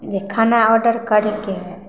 जे खाना ऑर्डर करैके हइ